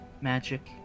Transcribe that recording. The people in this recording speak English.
Magic